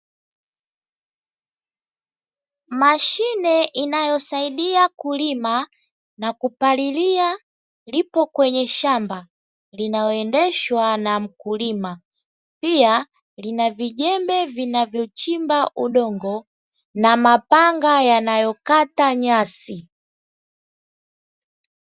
Mashine inayosaidia kulima na kupalilia lipo kwenye shamba linaoendeshwa na mkulima, pia lina vijembe vinavyochimba udongo na mapanga yanayokata nyasi.